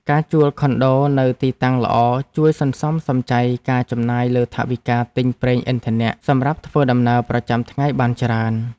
ការជួលខុនដូនៅទីតាំងល្អជួយសន្សំសំចៃការចំណាយលើថវិកាទិញប្រេងឥន្ធនៈសម្រាប់ធ្វើដំណើរប្រចាំថ្ងៃបានច្រើន។